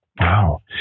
Wow